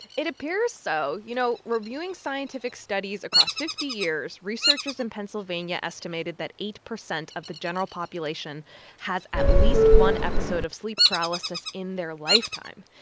it appears so. you know, reviewing scientific studies across fifty years, researchers in pennsylvania estimated that eight percent of the general population has at least one episode of sleep paralysis in their lifetime.